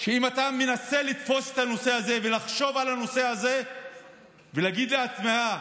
אם אתה מנסה לתפוס את הנושא הזה ולחשוב על הנושא הזה ולהגיד לעצמך: